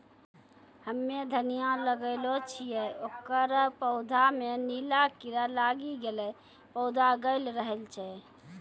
हम्मे धनिया लगैलो छियै ओकर पौधा मे नीला कीड़ा लागी गैलै पौधा गैलरहल छै?